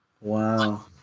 Wow